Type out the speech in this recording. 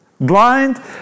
blind